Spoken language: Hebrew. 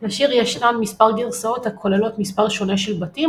לשיר ישנן מספר גרסאות הכוללות מספר שונה של בתים,